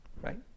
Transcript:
right